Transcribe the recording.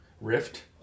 Rift